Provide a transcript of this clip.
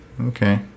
Okay